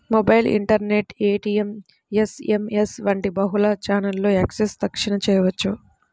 mobile, internet, ATM, SMS వంటి బహుళ ఛానెల్లలో యాక్సెస్ తక్షణ చేయవచ్చు